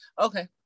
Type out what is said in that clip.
Okay